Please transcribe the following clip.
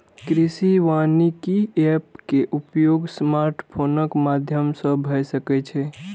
कृषि वानिकी एप के उपयोग स्मार्टफोनक माध्यम सं भए सकै छै